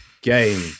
game